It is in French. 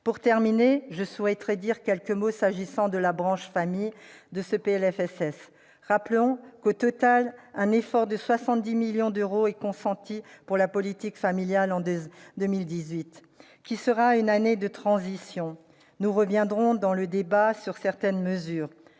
Pour terminer, je souhaite dire quelques mots du sort de la branche famille au sein du PLFSS. Rappelons que, au total, un effort de 70 millions d'euros est consenti pour la politique familiale en 2018, qui sera une année de transition. Nous reviendrons dans le débat sur certaines mesures.